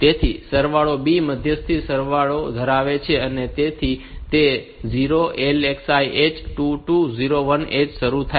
તેથી સરવાળો B મધ્યસ્થી સરવાળો ધરાવે છે જેથી તે 0 LXI H 2201 H માં શરૂ થાય